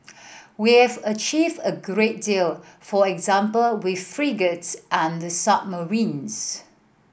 we have achieved a great deal for example with frigates and the submarines